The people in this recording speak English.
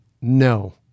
no